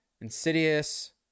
Insidious